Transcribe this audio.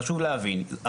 חשוב להבין.